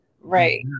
right